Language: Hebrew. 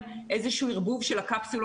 הם מתערבבים בכל מיני מקומות,